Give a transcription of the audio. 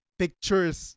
pictures